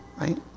right